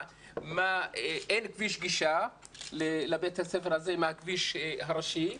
אין כביש גישה לבית הספר הזה מהכביש הראשי.